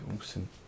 awesome